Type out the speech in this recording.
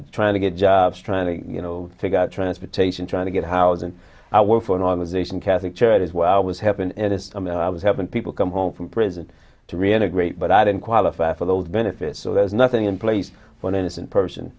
i'm trying to get jobs trying to you know figure out transportation trying to get housing i work for an organization catholic charities where i was happened and estimate i was helping people come home from prison to reintegrate but i didn't qualify for those benefits so there's nothing in place for an innocent person